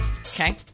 Okay